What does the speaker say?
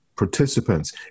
participants